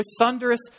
thunderous